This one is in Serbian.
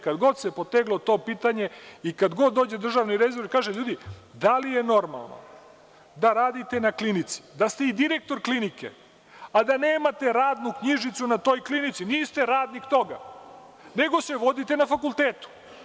Kad god se poteglo to pitanje, dođe državni revizor i kaže – ljudi, da li je normalno da radite na klinici, da ste i direktor klinike, a da nemate radnu knjižicu na toj klinici, niste radnik toga, nego se vodite na fakultetu?